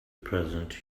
present